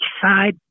side